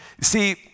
see